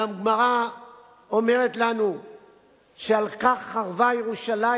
והגמרא אומרת לנו שעל כך חרבה ירושלים,